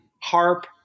harp